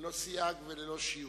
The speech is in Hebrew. ללא סייג וללא שיור,